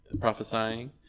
prophesying